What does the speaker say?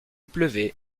pleuvait